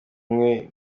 umwe